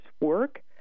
work